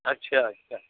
अच्छा अच्छा